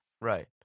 Right